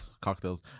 Cocktails